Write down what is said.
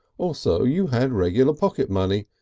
also you had regular pocket money,